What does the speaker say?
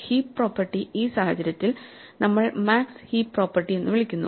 heap property ഈ സാഹചര്യത്തിൽ നമ്മൾ മാക്സ് ഹീപ്പ് പ്രോപ്പർട്ടി എന്ന് വിളിക്കുന്നു